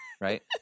right